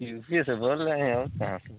से बोल रहे हैं और क्या